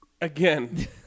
Again